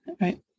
right